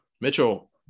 mitchell